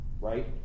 right